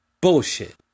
bullshit